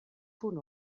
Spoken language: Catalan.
punt